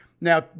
Now